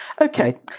Okay